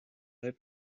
over